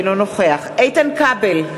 אינו נוכח איתן כבל,